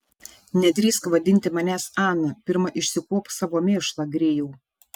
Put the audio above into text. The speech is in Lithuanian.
nedrįsk vadinti manęs ana pirma išsikuopk savo mėšlą grėjau